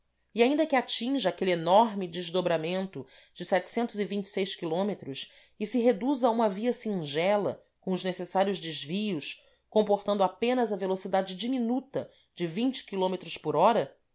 ainda que atinja aquele enorme desdobramento de km e se reduza a uma via singela com os necessários desvios comportando apenas a velocidade diminuta de km por hora